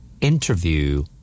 Interview